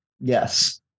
yes